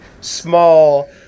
small